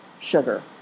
sugar